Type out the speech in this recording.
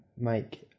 Mike